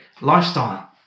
lifestyle